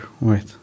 wait